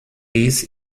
dies